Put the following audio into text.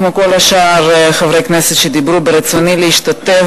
כמו כל שאר חברי הכנסת שדיברו ברצוני להשתתף